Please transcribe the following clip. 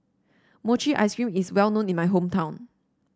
Mochi Ice Cream is well known in my hometown